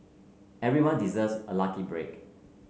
everyone deserves a lucky break